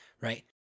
right